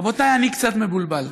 רבותיי, אני קצת מבולבל.